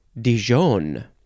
Dijon